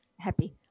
Happy